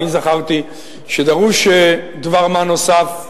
אני זכרתי שדרוש דבר מה נוסף,